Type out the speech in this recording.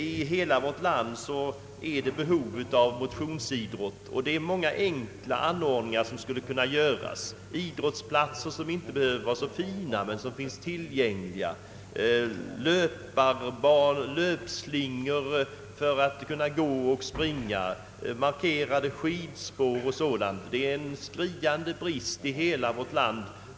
I hela vårt land finns behov av motionsidrott, och många enkla anordningar skulle kunna göras. Jag tänker på idrottsplatser, som inte behöver vara så fina men som ändå finns tillgängliga, löpslingor där man kan gå eller springa, markerade skidspår och dylikt. Det är i hela vårt land en skriande brist på dylika anordningar.